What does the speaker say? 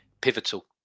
pivotal